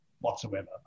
whatsoever